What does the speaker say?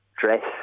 dress